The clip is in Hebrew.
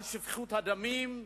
על שפיכות הדמים,